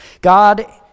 God